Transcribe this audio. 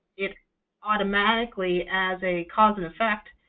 it automatically, as a cause and effect,